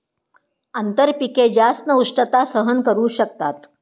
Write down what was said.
आंतरपिके जास्त उष्णता सहन करू शकतात